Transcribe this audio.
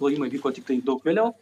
klojimai vyko tiktai daug vėliau